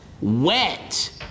Wet